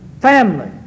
family